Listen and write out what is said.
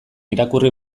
irakurri